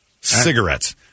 Cigarettes